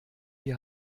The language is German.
die